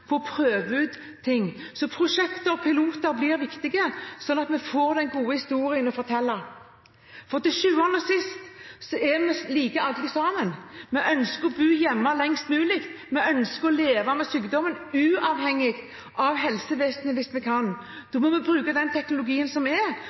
prøve ut ting. Så prosjekter og piloter blir viktige, slik at vi får den gode historien å fortelle. For til sjuende og sist er vi like alle sammen. Vi ønsker å bo hjemme lengst mulig. Vi ønsker å leve med sykdommen uavhengig av helsevesenet hvis vi kan.